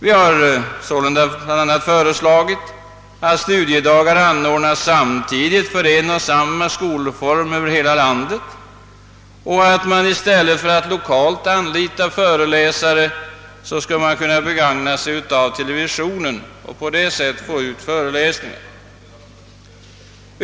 Vi har sålunda bl a. föreslagit att studiedagar anordnas samtidigt för en och samma skolform över hela landet och att man i stället för att lokalt anlita föreläsare skall begagna sig av föreläsningar via televisionen.